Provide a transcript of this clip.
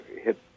hit